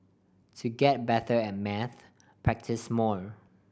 to get better at maths practise more